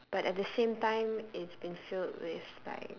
but at the same time it's been filled with like